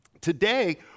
Today